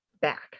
back